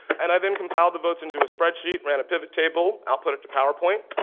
and i then compiled the votes into a spreadsheet, ran a pivot table, output it to powerpoint,